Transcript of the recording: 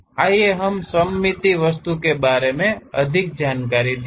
आइए हम सममित वस्तु के बारे में अधिक जानकारी देखें